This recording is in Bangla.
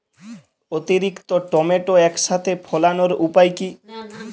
অতিরিক্ত টমেটো একসাথে ফলানোর উপায় কী?